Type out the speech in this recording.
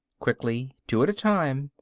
quickly, two at a time,